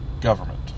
government